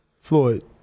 Floyd